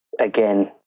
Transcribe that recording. again